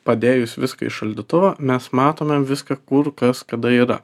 padėjus viską į šaldytuvą mes matome viską kur kas kada yra